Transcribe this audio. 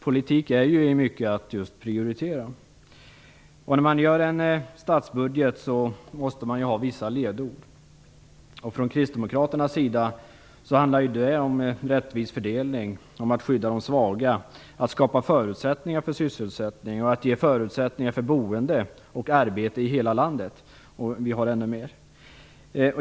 Politik är ju i mycket att just prioritera. När man gör en statsbudget måste man ha vissa ledord. Från kristdemokraternas sida handlar det om rättvis fördelning, om att skydda de svaga, att skapa förutsättningar för sysselsättning och att ge förutsättningar för boende och arbete i hela landet. Vi har ännu mer.